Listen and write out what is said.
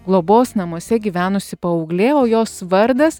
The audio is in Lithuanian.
globos namuose gyvenusi paauglė o jos vardas